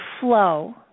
flow